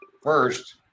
first